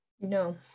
No